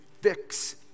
fix